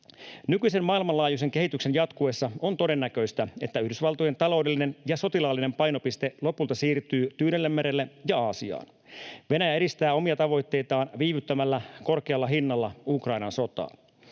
Nykyisen maailmanlaajuisen kehityksen jatkuessa on todennäköistä, että Yhdysvaltojen taloudellinen ja sotilaallinen painopiste lopulta siirtyy Tyynellemerelle ja Aasiaan. Venäjä edistää omia tavoitteitaan viivyttämällä korkealla hinnalla Ukrainan sotaa.